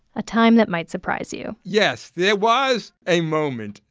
a time that might surprise you yes. there was a moment,